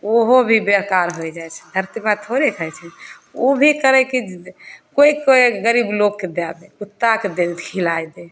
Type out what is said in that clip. ओहो भी बेकार होइ जाइ छै धरती माँ थोड़े खाइ छै ओ भी करै के केओ केओ गरीब लोक कऽ दय दै कुत्ता कऽ दे खिलाए दै